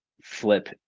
flip